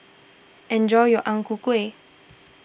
enjoy your Ang Ku Kueh